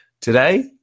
Today